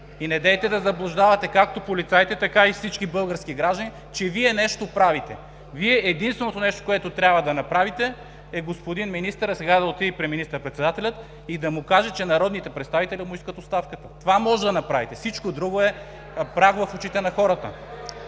И недейте да заблуждавате както полицаите, така и всички български граждани, че Вие нещо правите. Единственото нещо, което трябва да направите Вие, е господин министърът сега да отиде при министър-председателя и да му каже, че народните представители му искат оставката. (Оживление в ГЕРБ.) Това може да направите. Всичко друго е прах в очите на хората.